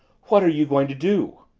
what are you going to do?